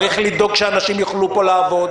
צריך לדאוג שאנשים יוכלו פה לעבוד,